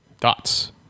thoughts